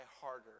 harder